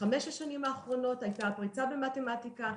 בחמש השנים האחרונות הייתה פריצה בתחום המתמטיקה,